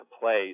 place